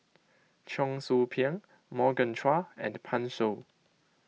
Cheong Soo Pieng Morgan Chua and Pan Shou